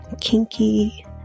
kinky